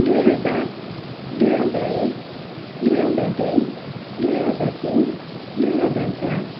दुई हजार दुई हजार एक दुई हजार दुई दुई हजार तिन दुई हजार चार